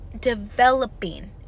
developing